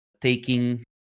taking